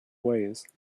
ways